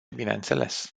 bineînțeles